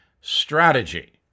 strategy